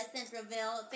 Centralville